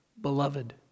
beloved